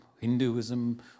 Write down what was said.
Hinduism